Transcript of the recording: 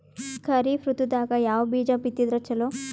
ಖರೀಫ್ ಋತದಾಗ ಯಾವ ಬೀಜ ಬಿತ್ತದರ ಚಲೋ?